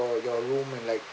your your room and like